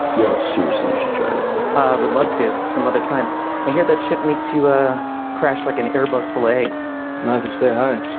yo, seriously, you chose ah would love to. some other time i hear that shit makes you ah crash like an airbus forelegs ninety feet high.